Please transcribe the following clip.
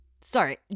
Sorry